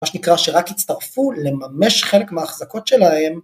מה שנקרא שרק הצטרפו לממש חלק מההחזקות שלהם